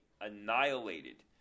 annihilated